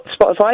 Spotify